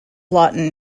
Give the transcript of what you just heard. lawton